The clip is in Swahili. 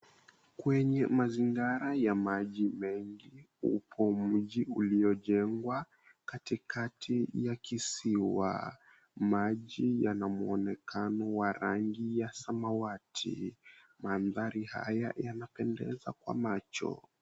Kwenye mazingara ya maji mengi upo mji uliojengwa katikati ya kisiwa. Maji yana mwonekano wa rangi ya samawati. Mandhari haya yanapendeza kwa macho.